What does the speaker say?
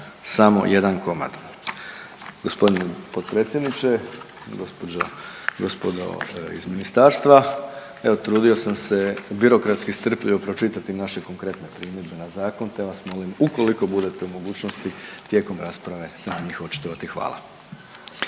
samo jedan komad? Gospodine potpredsjedniče, gospođo, gospodo iz ministarstva evo trudio sam se birokratski strpljivo pročitati naše konkretne primjedbe na zakon te vas molim ukoliko budete u mogućnosti tijekom rasprave sami iz očitovati. Hvala.